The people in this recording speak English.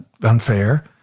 unfair